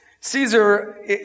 Caesar